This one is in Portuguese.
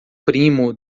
primo